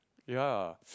ya